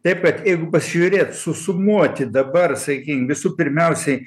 taip kad jeigu pasižiūrėt susumuoti dabar sakykim visų pirmiausiai